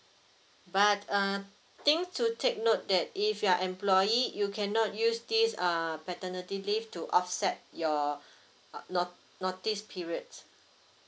but uh thing to take note that if you are employee you cannot use this uh paternity leave to offset your no~ notice period